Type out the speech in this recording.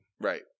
Right